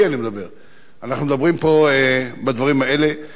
אנחנו מדברים פה בדברים האלה, ואין ספק